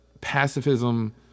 pacifism